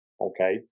okay